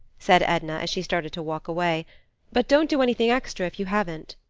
said edna, as she started to walk away but don't do anything extra if you haven't.